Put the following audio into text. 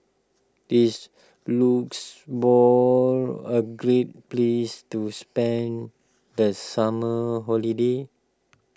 is Luxembourg a great place to spend the summer holiday